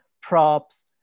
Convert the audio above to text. props